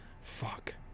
fuck